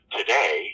today